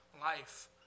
life